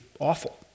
awful